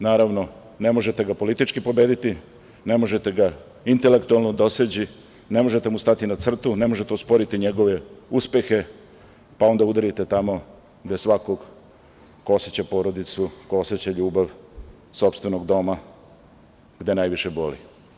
Naravno, ne možete ga politički pobediti, ne možete ga intelektualno doseći, ne možete mu stati na crtu, ne možete osporiti njegove uspehe, pa onda udarite tamo gde svako ko oseća porodicu, ko oseća ljubav, sopstvenog doma, gde najviše boli.